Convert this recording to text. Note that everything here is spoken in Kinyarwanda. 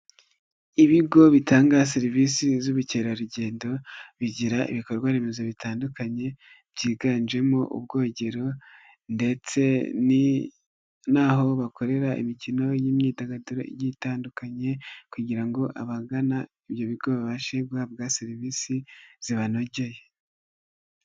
Ibigo bitanga serivisi z'ubukerarugendo, bigira ibikorwaremezo bitandukanye, byiganjemo ubwogero ndetse n'aho bakorera imikino y'imyidagaduro itandukanye kugira ngo abagana ibyo bigo babashe guhabwa serivisi zibanogeye.